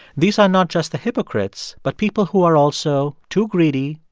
these are not just the hypocrites but people who are also too greedy,